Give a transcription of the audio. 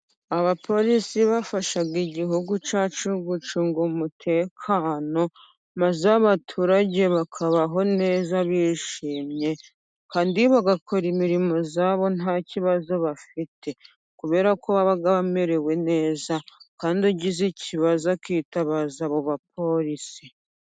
Abapolisi bafasha igihugu cyacu gucunga umutekano, maze abaturage bakabaho neza bishimye, kandi bagakora imirimo yabo nta kibazo bafite, kubera ko baba bamerewe neza, kandi ugize ikibazo akitabaza abo bapolisi.